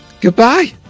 goodbye